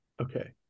okay